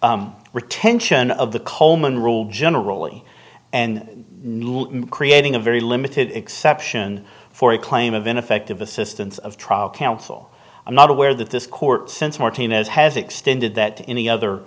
s retention of the coleman rule generally and creating a very limited exception for a claim of ineffective assistance of trial counsel i'm not aware that this court since martinez has extended that to any other